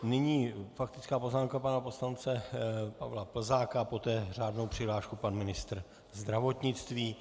Nyní faktická poznámka pana poslance Pavla Plzáka, poté řádnou přihlášku pan ministr zdravotnictví.